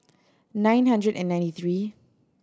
nine hundred and ninety three